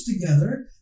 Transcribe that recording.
together